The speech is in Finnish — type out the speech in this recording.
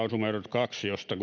kaksi josta